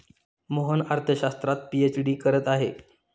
मोहन अर्थशास्त्रात पीएचडी करत आहे